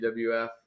WWF